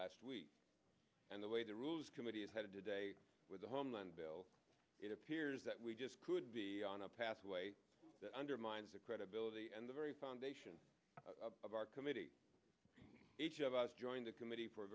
last week and the way the rules committee is headed today with the homeland bill it appears that we just could be on a pathway that undermines the credibility and the very foundation of our committee each of us joined the committee for a